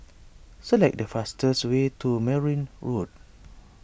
select the fastest way to Merryn Road